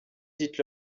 dites